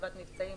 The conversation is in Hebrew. חטיבת מבצעים